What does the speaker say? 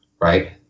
right